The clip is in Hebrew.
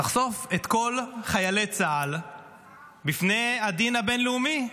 אתה תחשוף את כל חיילי צה"ל בפני הדין הבין-לאומי.